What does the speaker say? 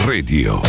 Radio